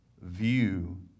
view